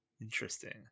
Interesting